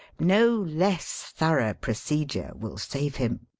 no less thorough procedure will save him.